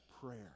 prayer